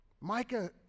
Micah